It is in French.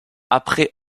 après